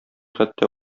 хәтта